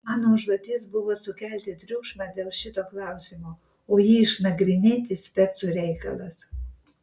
mano užduotis buvo sukelti triukšmą dėl šito klausimo o jį išnagrinėti specų reikalas